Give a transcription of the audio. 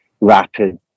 rapid